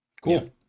Cool